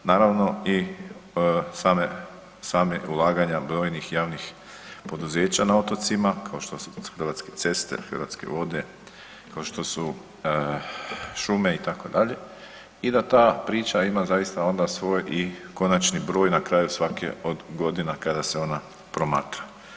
Naravno i sama ulaganja brojnih javnih poduzeća na otocima kao što su Hrvatske ceste, Hrvatske vode, kao što stu šume itd. i da ta priča ima zaista i onda svoj i konačni broj na kraju svake od godina kada se ona promatra.